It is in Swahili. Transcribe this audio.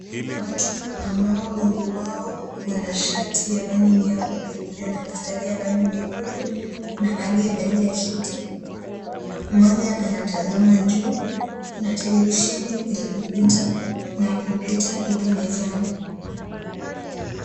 Watu ambao wengi wao wana shati ya rangi nyeupe iliyo na mistari ya rangi nyekundu, kuna aliyevalia suti, mmoja anatazama juu, kuna televisheni kwenye ukuta na kompyuta ipo mezani.